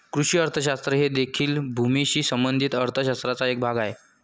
कृषी अर्थशास्त्र हे देखील भूमीशी संबंधित अर्थ शास्त्राचा एक भाग आहे